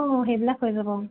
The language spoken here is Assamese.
অঁ সেইবিলাক হৈ যাব অঁ